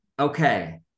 Okay